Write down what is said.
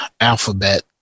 alphabet